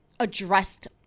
Addressed